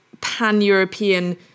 pan-European